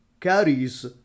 carries